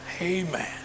Amen